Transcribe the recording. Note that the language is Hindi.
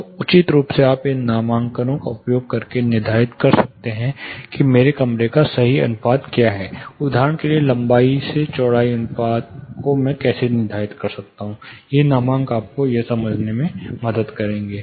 तो उचित रूप से आप इन नामांकनों का उपयोग करके निर्धारित कर सकते हैं कि मेरे कमरे का सही अनुपात क्या है उदाहरण के लिए लंबाई से चौड़ाई अनुपात मैं कैसे निर्धारित करता हूं ये नामांक आपको समझने में मदद करेंगे